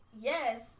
yes